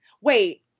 wait